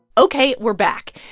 ok, we're back.